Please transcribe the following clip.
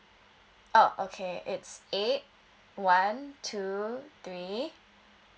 oh okay it's eight one two three